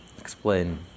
explain